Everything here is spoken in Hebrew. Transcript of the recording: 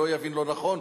לא יבין לא נכון.